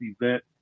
event